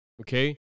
okay